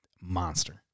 monster